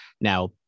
Now